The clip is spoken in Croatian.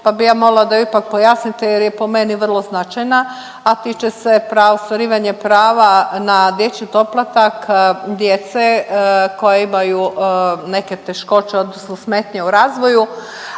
pa bi ja molila da ipak pojasnite jer je po meni vrlo značajna, a tiče se ostvarivanje prava na dječji doplatak djece koja imaju neke teškoće odnosno smetnje u razvoju,